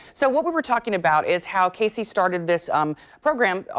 so what we were talking about is how casey started this um program,